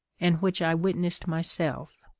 and which i witnessed myself.